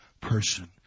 person